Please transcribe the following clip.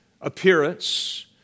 appearance